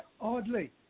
oddly